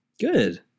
Good